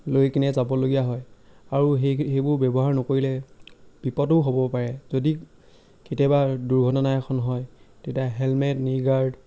লৈ কিনে যাবলগীয়া হয় আৰু সেইখিনি সেইবোৰ ব্যৱহাৰ নকৰিলে বিপদো হ'ব পাৰে যদি কেতিয়াবা দুৰ্ঘটনা এখন হয় তেতিয়া হেলমেট নীগাৰ্ড